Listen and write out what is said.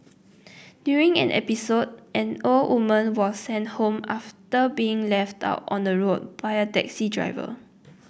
during an episode an old woman was sent home after being left out on the road by a taxi driver